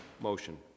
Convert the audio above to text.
motion